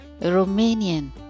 Romanian